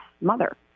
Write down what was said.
mother